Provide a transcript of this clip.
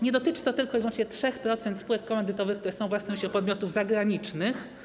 Nie dotyczy to tylko i wyłącznie 3% spółek komandytowych, które są własnością podmiotów zagranicznych.